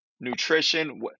nutrition